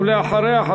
ואחריה,